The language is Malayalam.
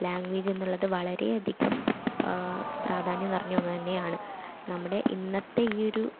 ലാംഗ്വേജ് എന്നുള്ളത് വളരെയധികം പ്രാധാന്യം നിറഞ്ഞ ഒന്ന് തന്നെയാണ് നമ്മുടെ ഇന്നത്തെ ഈ ഒരു